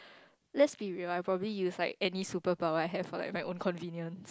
let's be real I probably use like any superpower I have for like my own convenient